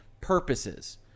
purposes